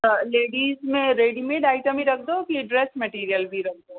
त लेडिस में readymade item ई रखंदो कि ड्रेस मैटिरियल बि रखंदा